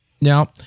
Now